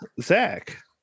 Zach